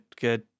good